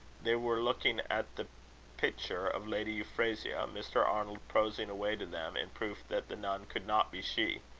they were looking at the picture of lady euphrasia, mr. arnold prosing away to them, in proof that the nun could not be she.